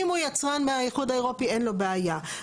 אם הוא יצרן מהאיחוד האירופי אין לו בעיה.